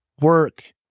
work